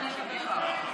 אדוני היושב בראש,